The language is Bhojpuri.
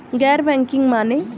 गैर बैंकिंग माने?